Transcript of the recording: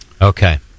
Okay